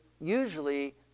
usually